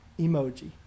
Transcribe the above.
emoji